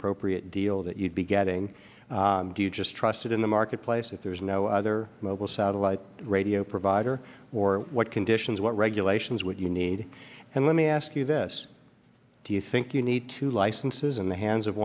appropriate deal that you'd be getting do you just trust it in the marketplace if there is no other mobile satellite radio provider or what conditions what regulations would you need and let me ask you this do you think you need to licenses in the hands of